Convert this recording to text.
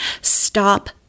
stop